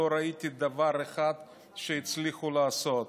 לא ראיתי דבר אחד שהצליחו לעשות.